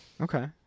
Okay